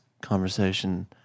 conversation